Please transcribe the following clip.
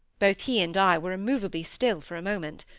both he and i were immovably still for a moment.